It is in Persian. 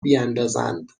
بیندازند